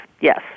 yes